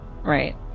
right